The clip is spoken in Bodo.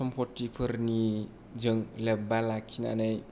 सम्फथिफोरनि जों लोब्बा लाखिनानै